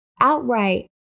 outright